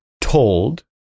told